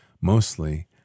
Mostly